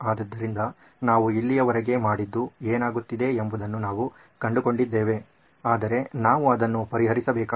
ಆದ್ದರಿಂದ ನಾವು ಇಲ್ಲಿಯವರೆಗೆ ಮಾಡಿದ್ದು ಏನಾಗುತ್ತಿದೆ ಎಂಬುದನ್ನು ನಾವು ಕಂಡುಕೊಂಡಿದ್ದೇವೆ ಆದರೆ ನಾವು ಅದನ್ನು ಪರಿಹರಿಸಬೇಕಾಗಿದೆ